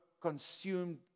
consumed